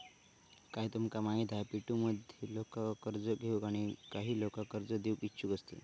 काय तुमका माहित हा पी.टू.पी मध्ये काही लोका कर्ज घेऊक आणि काही लोका कर्ज देऊक इच्छुक असतत